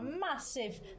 massive